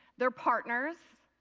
they're partners.